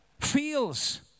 feels